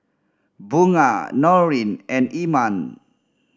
Bunga Nurin and Iman